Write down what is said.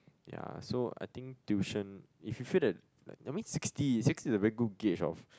ya so I think tuition if you feel that I mean sixty sixty is a very good gauge of